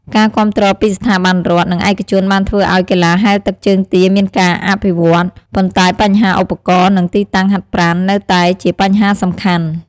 ការគាំទ្រពីស្ថាប័នរដ្ឋ និងឯកជនបានធ្វើឲ្យកីឡាហែលទឹកជើងទាមានការអភិវឌ្ឍ ប៉ុន្តែបញ្ហាឧបករណ៍ និងទីតាំងហាត់ប្រាណនៅតែជាបញ្ហាសំខាន់។